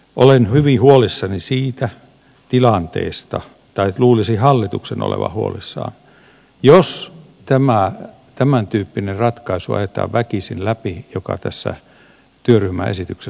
olen hyvin huolissani siitä tilanteesta tai luulisi hallituksen olevan huolissaan jos ajetaan väkisin läpi tämän tyyppinen ratkaisu joka tässä työryhmän esityksessä on